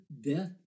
death